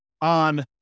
on